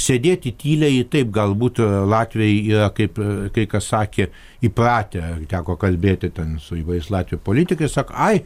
sėdėti tyliai taip galbūt latviai yra kaip kai kas sakė įpratę teko kalbėti ten su įvairiais latvių politikais sak ai